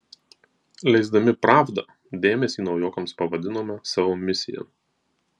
leisdami pravdą dėmesį naujokams pavadinome savo misija